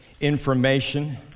information